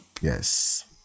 Yes